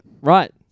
Right